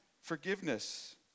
forgiveness